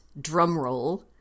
drumroll